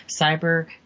cyber